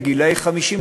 בגיל 50,